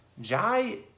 jai